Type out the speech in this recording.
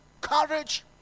courage